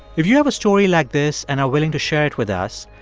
if you have a story like this and are willing to share it with us,